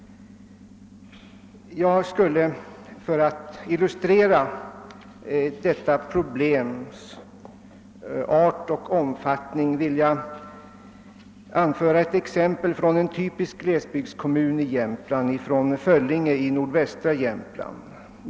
För att belysa detta problems art och omfattning skulle jag vilja anföra ett exempel från en typisk glesbygdskommun i Jämtland, Föllinge i nordvästra Jämtland.